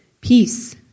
peace